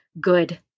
good